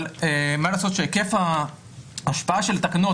אבל מה לעשות שהיקף ההשפעה של תקנות,